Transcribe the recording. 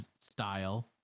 style